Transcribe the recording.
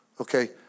okay